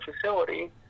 facility